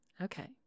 Okay